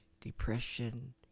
depression